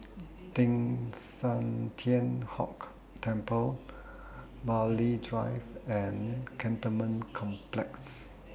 Teng San Tian Hock Temple Burghley Drive and Cantonment Complex